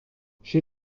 chez